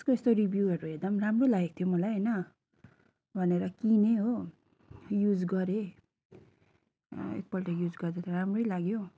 यसको यस्तो रिभ्युहरू हेर्दा पनि राम्रो लागेको थियो मलाई होइन भनेर किनेँ हो युज गरेँ एकपल्ट युज गर्दा त राम्रै लाग्यो